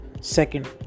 second